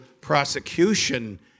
prosecution